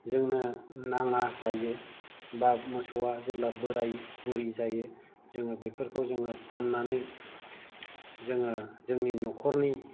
जोंनो नाङा जायो एबा मोसौवा जेब्ला बोराय बुरि जायो जोङो बेफोरखौ जोङो फाननानै जोङो जोंनि न'खरनि